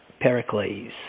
Pericles